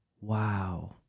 Wow